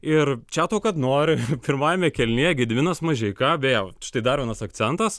ir čia tau kad nori pirmajame kėlinyje gediminas mažeika vėl štai dar vienas akcentas